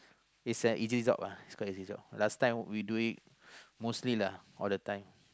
is an easy job uh it's quite easy job last time we doing mostly lah all the time